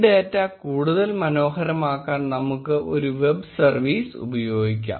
ഈ ഡേറ്റ കൂടുതൽ മനോഹരമാക്കാൻ നമുക്ക് ഒരു വെബ് സർവീസ് ഉപയോഗിക്കാം